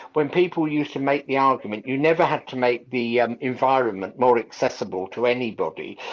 when people used to make the argument you never have to make the yeah environment more accessible to anybody,